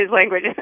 language